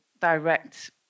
direct